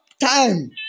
time